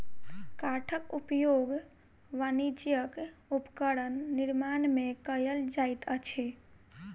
काठक उपयोग वाणिज्यक उपकरण निर्माण में कयल जाइत अछि